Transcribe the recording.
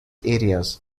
areas